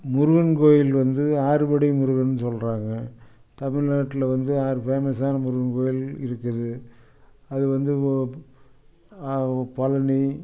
முருகன் கோயில் வந்து ஆறுபடை முருகன்னு சொல்கிறாங்க தமிழ்நாட்டில் வந்து ஆறு ஃபேமஸான முருகன் கோயில் இருக்குது அது வந்து பழனி